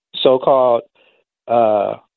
so-called